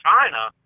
China